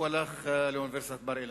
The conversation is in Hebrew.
הוא הלך לאוניברסיטת בר-אילן.